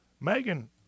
Megan